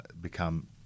become